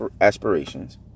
aspirations